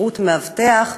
לכשירות מאבטח);